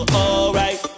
alright